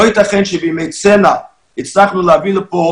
לא ייתכן שבימי צנע הצלחנו להביא לפה